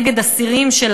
נגד אסירים,